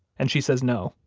and she says, no,